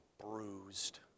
bruised